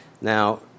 Now